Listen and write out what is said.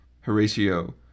Horatio